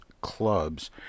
clubs